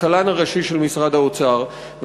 הכלכלן הראשי של משרד האוצר,